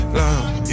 love